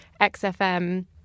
XFM